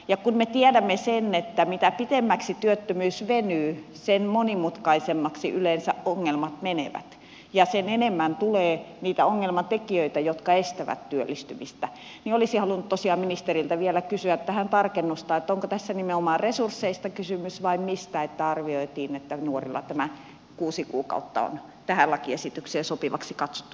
ja kun me tiedämme sen että mitä pidemmäksi työttömyys venyy sen monimutkaisemmaksi yleensä ongelmat menevät ja sitä enemmän tulee niitä ongelmatekijöitä jotka estävät työllistymistä niin olisin halunnut tosiaan ministeriltä vielä kysyä tähän tarkennusta onko tässä nimenomaan resursseista kysymys vai mistä että arvioitiin että nuorilla tämä kuusi kuukautta on tähän lakiesitykseen sopivaksi katsottu